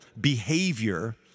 behavior